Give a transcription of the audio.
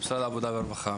ממשרד העבודה והרווחה,